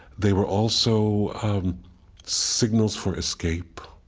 they were also signals for escape